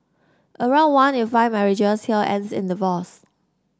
around one in five marriages here ends in divorce